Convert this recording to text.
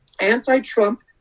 anti-Trump